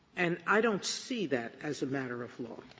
and i don't see that as a matter of law.